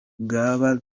ngaha